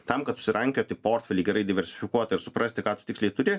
tam kad susirankioti portfelį gerai diversifikuotą ir suprasti ką tiksliai turi